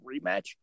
rematch